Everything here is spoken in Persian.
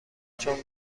چون